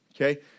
okay